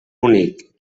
únic